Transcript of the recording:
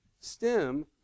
stem